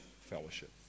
fellowship